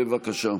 בבקשה.